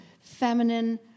feminine